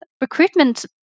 recruitment